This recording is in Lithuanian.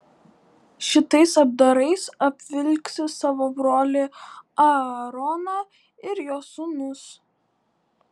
šitais apdarais apvilksi savo brolį aaroną ir jo sūnus